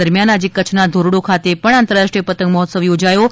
દરમ્યાન આજે કચ્છના ધોરડો ખાતે પણ આંતરરાષ્ટ્રીય પતંગ મહોત્સવ યોજાયો હતો